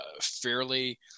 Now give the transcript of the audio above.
fairly